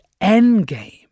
Endgame